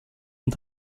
und